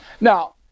Now